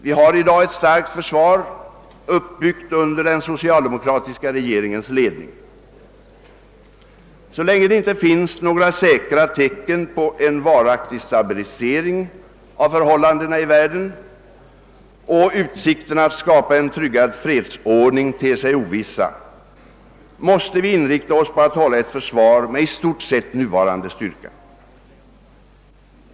Vi har i dag ett starkt försvar, uppbyggt under den socialdemokratiska regeringens <ledning. Så länge det inte finns några säkra tecken på en varaktig stabilisering av förhållandena i världen och utsikterna att skapa en tryggad fredsordning ter sig ovissa, måste vi inrikta oss på att hålla ett försvar med i stort sett nuvarande styrka.